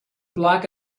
black